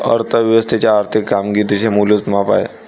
अर्थ व्यवस्थेच्या आर्थिक कामगिरीचे मूलभूत माप आहे